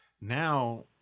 Now